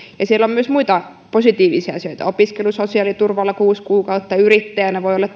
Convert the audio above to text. siellä on myös muita positiivisia asioita opiskelu sosiaaliturvalla kuusi kuukautta yrittäjänä voi olla